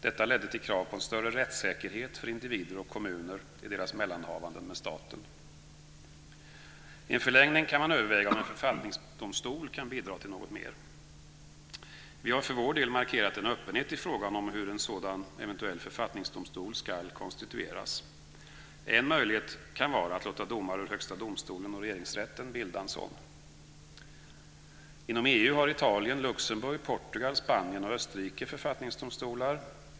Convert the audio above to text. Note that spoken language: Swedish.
Detta ledde till krav på en större rättssäkerhet för individer och kommuner i deras mellanhavanden med staten. I en förlängning kan man överväga om en författningsdomstol kan bidra till något mer. Vi har för vår del markerat en öppenhet i frågan om hur en sådan eventuell författningsdomstol ska konstitueras. En möjlighet kan vara att låta domare ur Högsta domstolen och Regeringsrätten bilda en sådan. Inom EU har Italien, Luxemburg, Portugal, Spanien och Österrike författningsdomstolar.